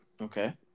Okay